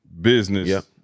business